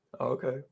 Okay